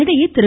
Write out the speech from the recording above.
இதனிடையே திரு